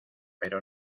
pero